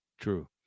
true